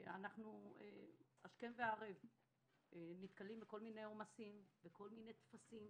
אנחנו השכם והערב נתקלים בכל מיני עומסים וכל מיני טפסים